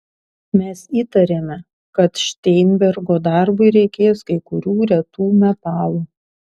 mes įtarėme kad šteinbergo darbui reikės kai kurių retų metalų